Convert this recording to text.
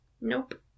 Nope